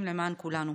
כולנו.